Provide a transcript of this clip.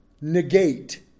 negate